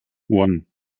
one